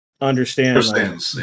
understand